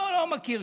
לא מכיר.